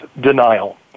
denial